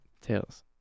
Tails